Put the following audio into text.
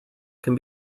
can